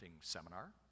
seminar